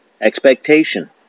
expectation